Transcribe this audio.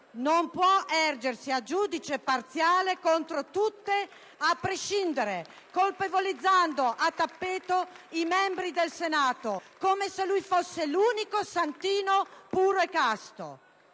Non può ergersi a giudice parziale contro tutte a prescindere, colpevolizzando a tappeto i membri del Senato, come se lui fosse l'unico santino puro e casto.